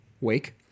wake